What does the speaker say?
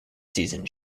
season